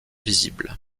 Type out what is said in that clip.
visible